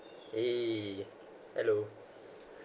!hey! hello